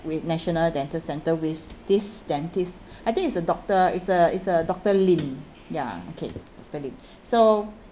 with national dental centre with this dentist I think it's a doctor it's uh it's uh doctor lin ya okay doctor lin so